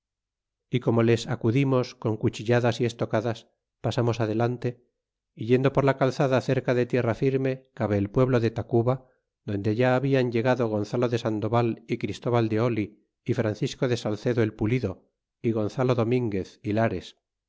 y como les acudimos con cuchilladas y estocadas pasamos adelante yendo por la calzada cerca da tierra firme cabe el pueblo de tacuba donde ya hablan llegado gonzalo de sandoval y christoval do oli y francisco de salcedo el pulido y gonzalo dominguez